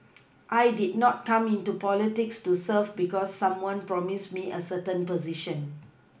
I did not come into politics to serve because someone promised me a certain position